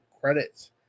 credits